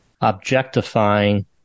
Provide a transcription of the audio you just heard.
objectifying